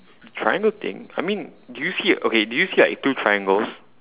triangle thing I mean do you see okay do you see like two triangles